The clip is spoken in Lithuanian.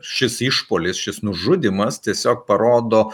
šis išpuolis šis nužudymas tiesiog parodo